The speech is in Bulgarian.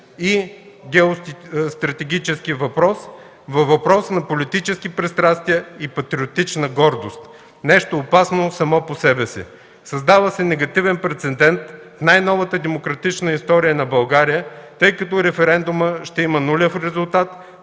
и геостратегически въпрос във въпрос на политически пристрастия и патриотична гордост – нещо опасно само по себе си; създава се негативен прецедент в най-новата демократична история на България, тъй като референдумът ще има нулев резултат,